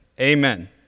amen